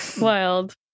Wild